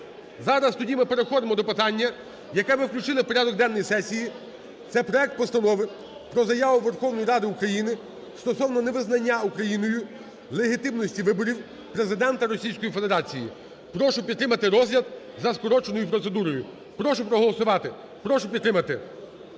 Зараз тоді ми переходимо до питання, яке ми включили в порядок денний сесії, це проект Постанови про Заяву Верховної Ради України стосовно невизнання Україною легітимності виборів Президента Російської Федерації. Прошу підтримати розгляд за скороченою процедурою. Прошу проголосувати. Прошу підтримати.